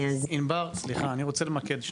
אני רוצה למקד.